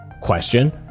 Question